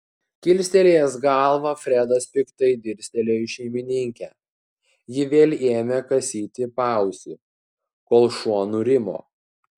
kilstelėjęs galvą fredas piktai dirstelėjo į šeimininkę ji vėl ėmė kasyti paausį kol šuo nurimo